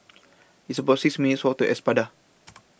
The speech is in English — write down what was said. It's about six minutes' Walk to Espada